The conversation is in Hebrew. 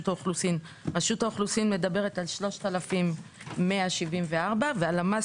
האוכלוסין: רשות האוכלוסין מדברת על 3,174 והלמ"ס